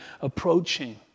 approaching